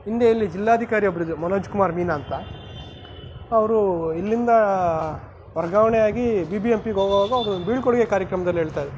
ಹಿಂದೆ ಇಲ್ಲಿ ಜಿಲ್ಲಾಧಿಕಾರಿಯೊಬ್ಬರಿದ್ರು ಮನೋಜ್ ಕುಮಾರ್ ಮೀನಾ ಅಂತ ಅವರು ಇಲ್ಲಿಂದ ವರ್ಗಾವಣೆಯಾಗಿ ಬಿ ಬಿ ಎಂ ಪಿಗೆ ಹೋಗೋವಾಗ ಅವ್ರು ಒಂದು ಬೀಳ್ಕೊಡುಗೆ ಕಾರ್ಯಕ್ರಮ್ದಲ್ಲಿ ಹೇಳ್ತಾ ಇದ್ರು